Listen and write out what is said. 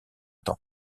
temps